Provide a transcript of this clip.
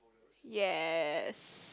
yes